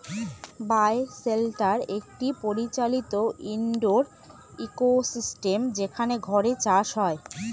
বায় shelter একটি পরিচালিত indoor ecosystem যেখানে ঘরে চাষ হয়